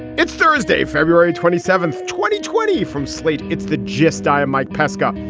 it's thursday, february twenty seventh, twenty twenty from slate. it's the gist. i am mike pesca.